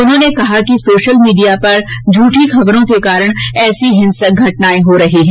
उन्होंने कहा कि सोशल मीडिया पर झूठी खबरों के कारण ऐसी हिंसक घटनाएं हो रही हैं